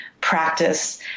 practice